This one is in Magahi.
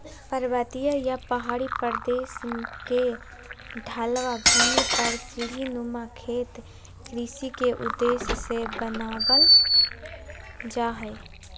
पर्वतीय या पहाड़ी प्रदेश के ढलवां भूमि पर सीढ़ी नुमा खेत कृषि के उद्देश्य से बनावल जा हल